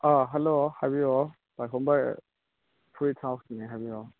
ꯑꯥ hello ꯍꯥꯏꯕꯤꯌꯣ ꯄꯥꯏꯈꯣꯝꯕ fruit ꯍꯥꯎꯁꯅꯦ ꯍꯥꯏꯕꯤꯌꯣ